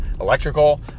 electrical